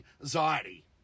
Anxiety